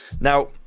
Now